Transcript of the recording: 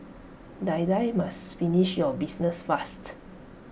Die Die must finish your business fast